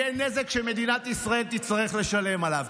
יהיה נזק שמדינת ישראל תצטרך לשלם עליו.